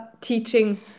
teaching